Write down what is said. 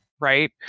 Right